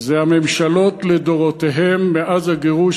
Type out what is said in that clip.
זה הממשלות לדורותיהן מאז הגירוש,